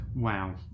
Wow